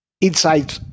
inside